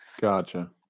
Gotcha